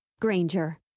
Granger